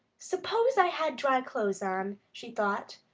suppose i had dry clothes on, she thought.